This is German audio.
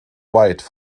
white